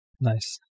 Nice